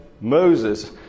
Moses